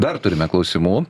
dar turime klausimų